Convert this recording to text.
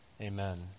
Amen